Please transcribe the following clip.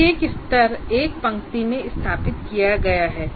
प्रत्येक स्तर एक पंक्ति में स्थापित किया गया है